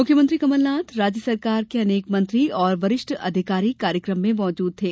मुख्यमंत्री कमलनाथ राज्य सरकार के अनेक मंत्री और वरिष्ठ अधिकारी कार्यकम में मौजूद थे